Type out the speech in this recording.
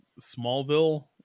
Smallville